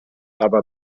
aber